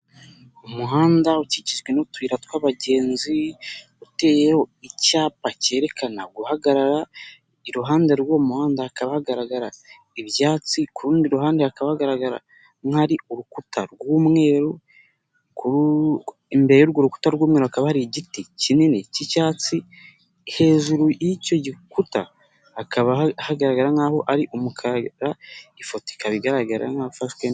Umuhanda ukikijwe n'utuyira tw'abagenzi, uteyeho icyapa kerekana guhagarara, iruhande rw'uwo muhanda hakaba hagaragara ibyatsi, ku rundi ruhande hakaba hagaragara ko hari urukuta rw'umweru, imbere y'urwo rukuta rw'umweru hakaba hari igiti kinini k'icyatsi, hejuru y'icyo gikuta hakaba hagaragara nk'aho ari umukara, ifoto ikaba igaragara nk'ahafashwe.